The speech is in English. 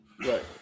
Right